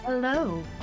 Hello